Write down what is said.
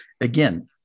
again